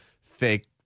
fake